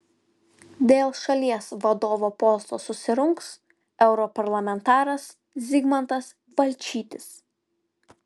dėl šalies vadovo posto susirungs europarlamentaras zigmantas balčytis